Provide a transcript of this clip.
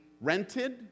rented